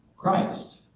Christ